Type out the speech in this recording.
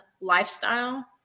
lifestyle